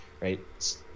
Right